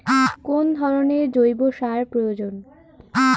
কোন ধরণের জৈব সার প্রয়োজন?